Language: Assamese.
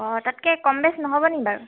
অঁ তাতকে কম বেছ নহ'ব নি বাৰু